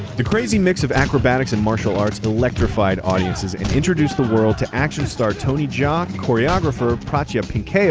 the crazy mix of acrobatics and martial arts electrified audiences. and introduce the world to action star tony jaa, ah choreographer prachya pinkaew, yeah